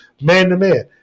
man-to-man